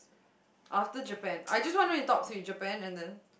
after Japan I just want you to talk so in Japan and then